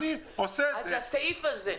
אני שמח על הדיון הזה.